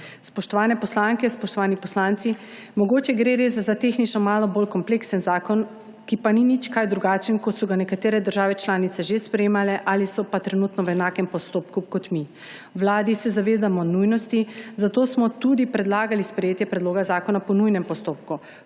Spoštovane poslanke spoštovani poslanci! Mogoče gre res za tehnično malo bolj kompleksen zakon, ki pa ni nič kaj drugačen, kot so ga nekatere države članice že sprejemale ali so pa trenutno v enakem postopku kot mi. V vladi se zavedamo nujnosti, zato smo tudi predlagali sprejetje predloga zakona po nujnem postopku,